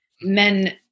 men